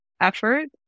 effort